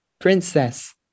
Princess